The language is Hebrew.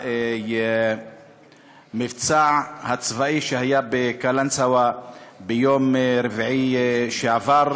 המבצע הצבאי שהיה בקלנסואה ביום רביעי שעבר,